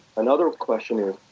another question is,